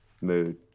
Mood